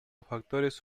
factores